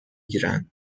گیرند